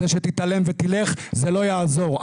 זה שתתעלם ותלך, זה לא יעזור.